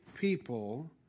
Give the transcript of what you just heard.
people